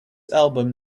album